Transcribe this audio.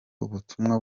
ubutumwa